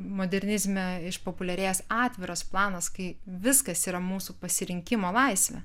modernizme išpopuliarėjęs atviras planas kai viskas yra mūsų pasirinkimo laisvė